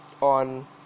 on